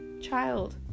Child